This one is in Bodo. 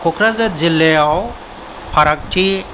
कक्राझार जिल्लायाव फारागथि